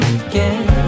again